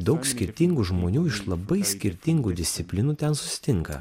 daug skirtingų žmonių iš labai skirtingų disciplinų ten susitinka